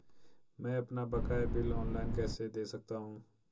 मैं अपना बकाया बिल ऑनलाइन कैसे दें सकता हूँ?